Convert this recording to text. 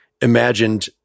imagined